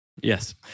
Yes